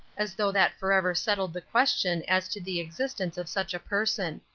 as though that forever settled the question as to the existence of such a person.